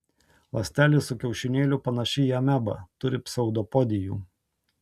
ląstelė su kiaušinėliu panaši į amebą turi pseudopodijų